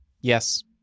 yes